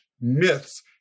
myths